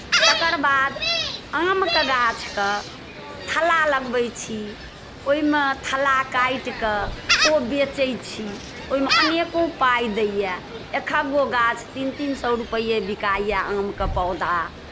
तकर बाद आमके गाछके थल्ला लगबै छी ओहिमे थल्ला काटि कऽ ओ बेचै छी ओहिमे अनेको पाइ दैए एकहक गो गाछ तीन तीन सए रुपैए बिकाइए आमके पौधा